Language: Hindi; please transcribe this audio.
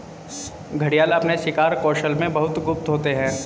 घड़ियाल अपने शिकार कौशल में बहुत गुप्त होते हैं